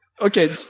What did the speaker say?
okay